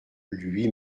lui